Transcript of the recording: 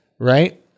Right